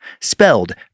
spelled